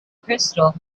crystal